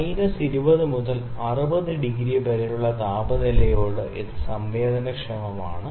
minus 20 മുതൽ 60 വരെയുള്ള താപനിലയോട് ഇത് സംവേദനക്ഷമമാണ്